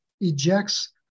ejects